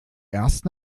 erst